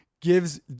gives